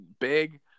big